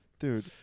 Dude